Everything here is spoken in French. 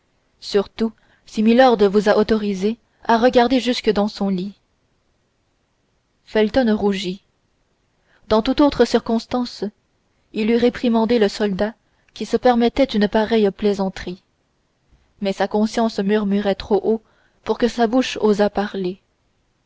surtout si milord vous a autorisé à regarder jusque dans son lit felton rougit dans toute autre circonstance il eut réprimandé le soldat qui se permettait une pareille plaisanterie mais sa conscience murmurait trop haut pour que sa bouche osât parler